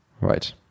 right